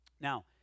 Now